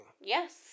Yes